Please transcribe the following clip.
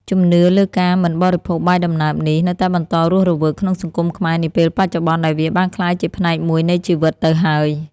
ជំនឿលើការមិនបរិភោគបាយដំណើបនេះនៅតែបន្តរស់រវើកក្នុងសង្គមខ្មែរនាពេលបច្ចុប្បន្នដែលវាបានក្លាយជាផ្នែកមួយនៃជីវិតទៅហើយ។